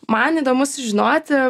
man įdomu sužinoti